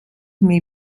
may